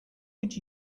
would